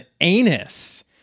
anus